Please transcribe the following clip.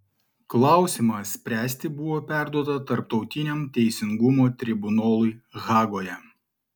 klausimą spręsti buvo perduota tarptautiniam teisingumo tribunolui hagoje